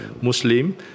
Muslim